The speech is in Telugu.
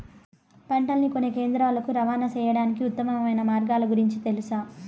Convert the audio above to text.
పంటలని కొనే కేంద్రాలు కు రవాణా సేయడానికి ఉత్తమమైన మార్గాల గురించి తెలుసా?